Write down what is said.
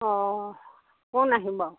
অঁ কোন আহিব আৰু